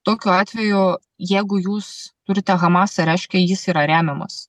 tokiu atveju jeigu jūs turite hamasą reiškia jis yra remiamas